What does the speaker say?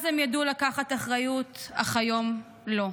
אז הם ידעו לקחת אחריות, אך היום לא.